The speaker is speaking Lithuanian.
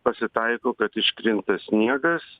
pasitaiko kad iškrinta sniegas